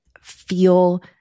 feel